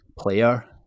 Player